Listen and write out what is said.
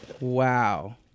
Wow